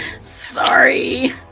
Sorry